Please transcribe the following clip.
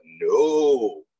no